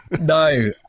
No